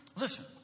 Listen